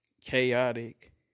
chaotic